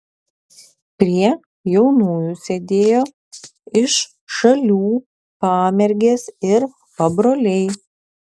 prie jaunųjų sėdėjo iš šalių pamergės ir pabroliai